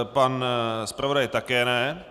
Pan zpravodaj také ne.